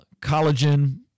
collagen